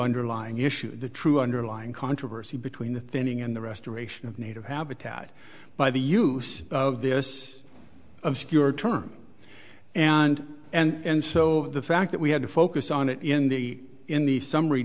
underlying issue the true underlying controversy between the thinning and the restoration of native habitat by the use of this obscure term and and so the fact that we had to focus on it in the in the summary